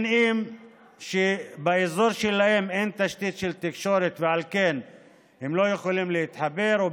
אם כי באזור שלהם אין תשתית של תקשורת ועל כן הם לא יכולים להתחבר,